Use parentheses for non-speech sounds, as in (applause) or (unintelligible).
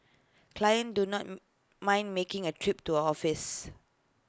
clients do not (unintelligible) mind making A trip to her office